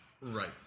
Right